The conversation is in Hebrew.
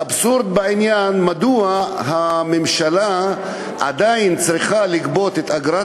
האבסורד בעניין: מדוע הממשלה עדיין צריכה לגבות את אגרת